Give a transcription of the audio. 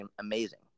amazing